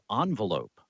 envelope